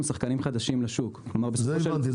שחקנים חדשים לשוק --- את זה הבנתי.